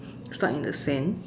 stuck in the sand